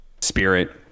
Spirit